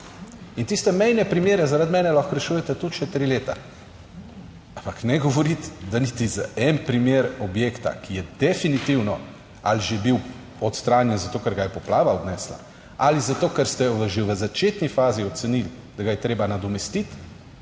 In tiste mejne primere zaradi mene lahko rešujete tudi še tri leta. Ampak ne govoriti, da niti za en primer objekta, ki je definitivno ali že bil odstranjen zato, ker ga je poplava odnesla ali zato, ker ste že v začetni fazi ocenili, da ga je treba nadomestiti,